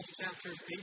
chapters